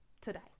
today